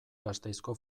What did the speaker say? gasteizko